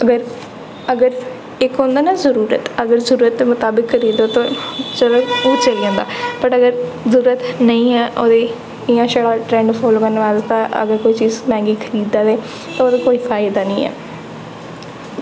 ते अगर इक होंदा ना जरूरत अगर जरूरत दे मताबक खरीद दे ते चली जंदा बट अगर जरूरत नेईं होवै ओह्दे ई ते इ'यां छड़ा ट्रेंड फॉलो करने आस्तै अगर कोई चीज़ मैंह्गी खरीददा ते ओह् ते कोई फायदा निं ऐ